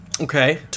Okay